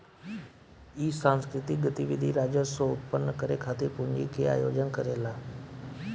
इ सांस्कृतिक गतिविधि राजस्व उत्पन्न करे खातिर पूंजी के आयोजन करेला